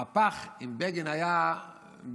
המהפך עם בגין היה בתשל"ז,